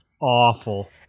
awful